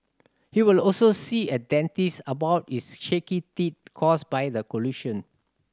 he will also see a dentist about his shaky teeth caused by the collision